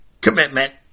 commitment